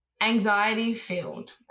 anxiety-filled